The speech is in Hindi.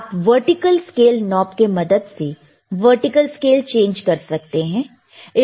आप वर्टिकल स्केल नॉब के मदद से वर्टिकर्ल स्केल चेंज कर सकते हैं